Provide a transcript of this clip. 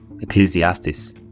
Ecclesiastes